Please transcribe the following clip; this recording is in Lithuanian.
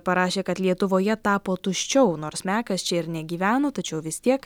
parašė kad lietuvoje tapo tuščiau nors mekas čia ir negyveno tačiau vis tiek